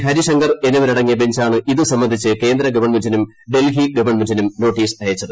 ഹരി ശങ്കർ എന്നിവരടങ്ങിയ ബഞ്ചാണ് ഇത് സംബന്ധിച്ച് കേന്ദ്ര ഗവൺമെന്റിനും ഡൽഹി ഗവൺമെന്റിനും നോട്ടീസയച്ചത്